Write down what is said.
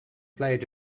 played